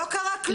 לא קרה כלום.